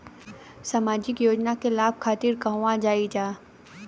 सामाजिक योजना के लाभ खातिर कहवा जाई जा?